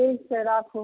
ठीक छै राखू